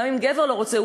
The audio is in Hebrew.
גם אם הגבר לא רוצה,